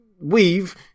we've